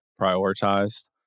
prioritized